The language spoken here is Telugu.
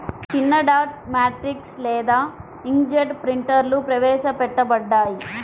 చిన్నడాట్ మ్యాట్రిక్స్ లేదా ఇంక్జెట్ ప్రింటర్లుప్రవేశపెట్టబడ్డాయి